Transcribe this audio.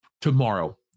tomorrow